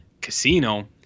Casino